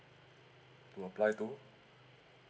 to apply to